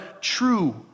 true